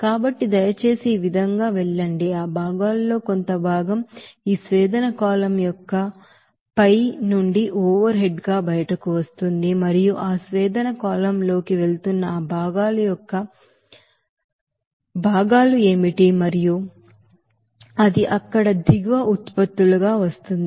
కాబట్టి దయచేసి ఈ విధంగా వెళ్ళండి ఆ భాగాలలో కొంత భాగం ఈ డిస్టిలేషన్ కాలమ్ యొక్క పై నుండి ఓవర్ హెడ్ గా బయటకు వస్తోంది మరియు ఆ డిస్టిలేషన్ కాలమ్ లోకి వెళుతున్న ఆ భాగాల యొక్క భాగాలు ఏమిటి మరియు అది అక్కడ దిగువ ఉత్పత్తులుగా వస్తోంది